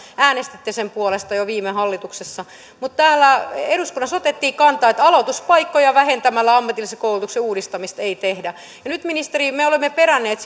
äänestitte sen puolesta jo viime hallituksessa mutta täällä eduskunnassa otettiin kantaa että aloituspaikkoja vähentämällä ammatillisen koulutuksen uudistamista ei tehdä ja nyt ministeri me olemme peränneet